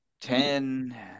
Ten